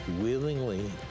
willingly